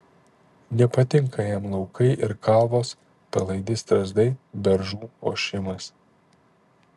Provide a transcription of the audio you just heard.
nepatinka jam laukai ir kalvos palaidi strazdai beržų ošimas